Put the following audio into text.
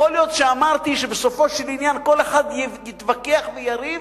יכול להיות שאמרתי שבסופו של עניין כל אחד יתווכח ויריב,